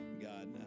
God